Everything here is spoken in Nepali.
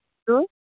हेलो